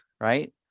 right